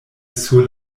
sur